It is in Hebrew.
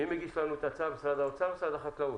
מי מגיש לנו את הצו, משרד האוצר או משרד החקלאות?